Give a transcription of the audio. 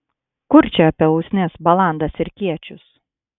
kur čia apie usnis balandas ir kiečius